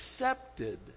accepted